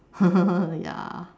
ya